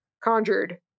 conjured